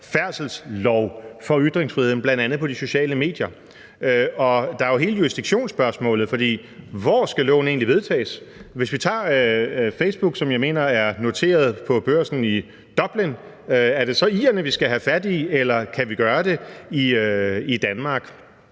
færdselslov for ytringsfriheden bl.a. på de sociale medier, og der er jo hele jurisdiktionspørgsmålet, for hvor skal loven egentlig vedtages? Hvis vi tager Facebook, som jeg mener er noteret på børsen i Dublin, er det så irerne, vi skal have fat i, eller kan vi gøre det i Danmark?